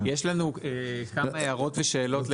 יש לנו כמה הערות ושאלות.